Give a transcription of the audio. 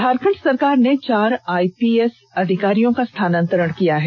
झारखंड सरकार ने चार आइपीएस अधिकारियों का स्थानांतरण किया है